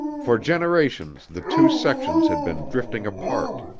for generations the two sections had been drifting apart.